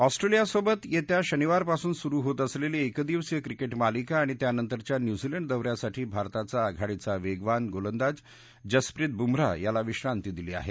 ऑस्ट्रेलियासोबत येत्या शनिवारपासून सुरु होत असलेली एकदिवसीय क्रिकेट मालिका आणि त्यानंतरच्या न्यूझीलंड दौऱ्यासाठी भारताचा आघाडीचा वेगवान गोलंदाज जसप्रित बुमराह याला विश्रांती दिली आहे